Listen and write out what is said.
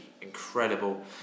incredible